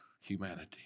humanity